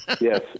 Yes